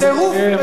לסיים.